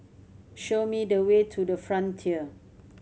show me the way to The Frontier